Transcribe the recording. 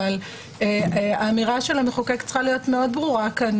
אבל האמירה של המחוקק צריכה להיות מאוד ברורה כאן,